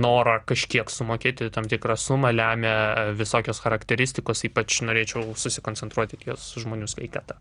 norą kažkiek sumokėti tam tikrą sumą lemia visokios charakteristikos ypač norėčiau susikoncentruoti ties žmonių sveikata